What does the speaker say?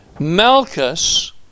Malchus